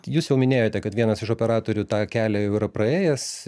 jūs jau minėjote kad vienas iš operatorių tą kelią jau yra praėjęs